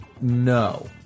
No